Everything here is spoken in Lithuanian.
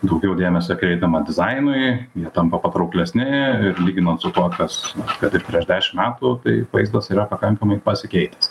daugiau dėmesio kreipiama dizainui jie tampa patrauklesni ir lyginant su tuo kas kad ir prieš dešim metų tai vaizdas yra pakankamai pasikeitęs